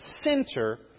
center